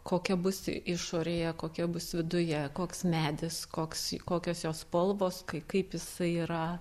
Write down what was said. kokia bus išorėje kokia bus viduje koks medis koks kokios jo spalvos k kaip jisai yra